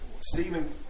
Stephen